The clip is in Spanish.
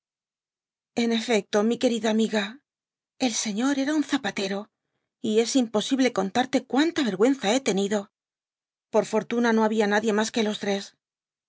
en efecto mi querida amiga el señor era un zapatero y es imposible contarte cuanta vergüenza hé tenido por fortuna no había nadie mas que ios tres